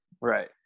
Right